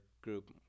group